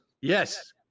Yes